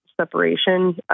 separation